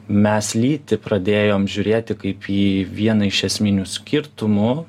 mes lytį pradėjom žiūrėti kaip į vieną iš esminių skirtumų